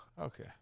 Okay